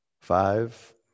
five